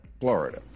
Florida